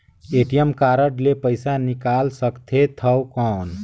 ATM card ले पइसा निकाल सकथे थव कौन?